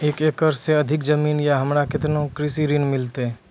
एक एकरऽ से अधिक जमीन या हमरा केतना कृषि ऋण मिलते?